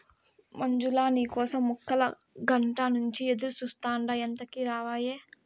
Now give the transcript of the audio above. మంజులా, నీ కోసం ముక్కాలగంట నుంచి ఎదురుచూస్తాండా ఎంతకీ రావాయే